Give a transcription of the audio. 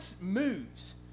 moves